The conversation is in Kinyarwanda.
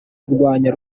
kurwanya